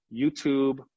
YouTube